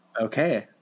okay